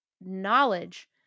knowledge